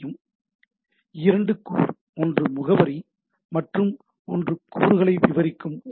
எனவே இரண்டு கூறு ஒன்று முகவரி மற்றும் ஒன்று கூறுகளை விவரிக்கும் உரை